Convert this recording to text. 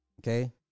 Okay